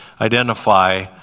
identify